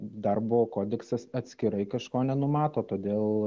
darbo kodeksas atskirai kažko nenumato todėl